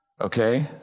Okay